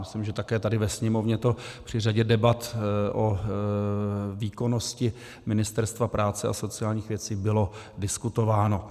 Myslím, že také tady ve Sněmovně to při řadě debat o výkonnosti Ministerstva práce a sociálních věcí bylo diskutováno.